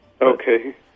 Okay